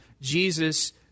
Jesus